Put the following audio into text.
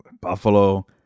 Buffalo